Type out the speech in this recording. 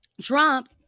Trump